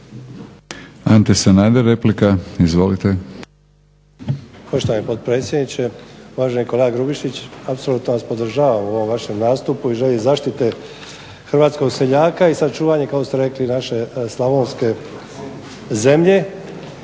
Ante Sanader replika, izvolite.